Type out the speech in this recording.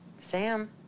Sam